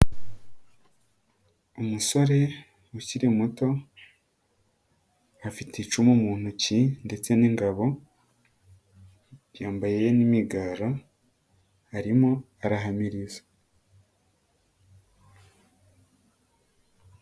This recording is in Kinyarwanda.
Umusore ukiri muto afite icumu mu ntoki ndetse n'ingabo, yambaye n'imigara arimo arahamiriza.